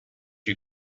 you